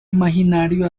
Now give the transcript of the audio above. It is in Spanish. imaginario